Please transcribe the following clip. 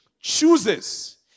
chooses